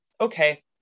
okay